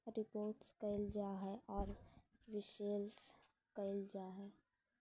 report कइल जा हइ और विश्लेषण कइल जा हइ